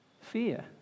fear